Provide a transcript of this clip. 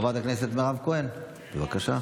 חברת הכנסת מירב כהן, בבקשה.